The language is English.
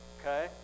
okay